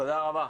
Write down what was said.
תודה רבה,